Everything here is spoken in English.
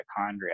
mitochondria